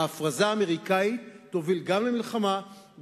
ההפרזה האמריקנית תוביל גם למלחמה,